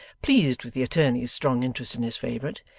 pleased with the attorney's strong interest in his favourite,